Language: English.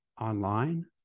online